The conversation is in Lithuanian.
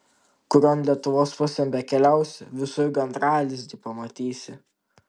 kurion lietuvos pusėn bekeliausi visur gandralizdį pamatysi